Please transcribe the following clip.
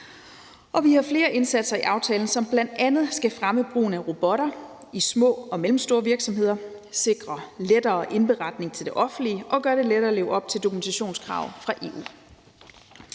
Vi har flere indsatser i aftalen, som bl.a. skal fremme brugen af robotter i små og mellemstore virksomheder, sikre lettere indberetning til det offentlige og gøre det lettere at leve op til dokumentationskrav fra EU.